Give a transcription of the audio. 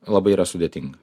labai yra sudėtinga